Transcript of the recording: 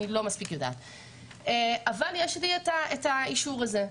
אבל יש לי את האישור הזה,